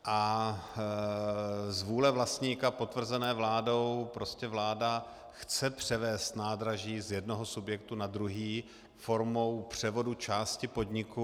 Z vůle vlastníka potvrzené vládou prostě vláda chce převést nádraží z jednoho subjektu na druhý formou převodu části podniku.